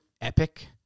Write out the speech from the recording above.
epic